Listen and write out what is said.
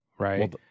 Right